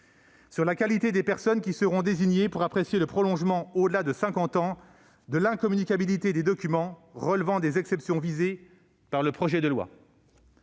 sur la qualité des personnes qui seront désignées pour apprécier le prolongement, au-delà de cinquante ans, de l'incommunicabilité des documents relevant des exceptions visées par le projet de loi.